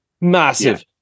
massive